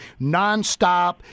nonstop